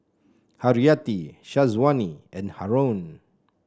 Haryati Syazwani and Haron